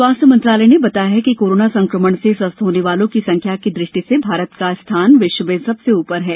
स्वास्थ्य मंत्रालय ने बताया कि कोरोना संक्रमण से स्वस्थ होने वालों की संख्या की दृष्टि से भारत का स्थान विश्व में सबसे ऊपर है